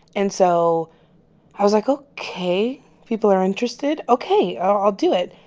and so i was like, ok. people are interested. ok. i'll do it.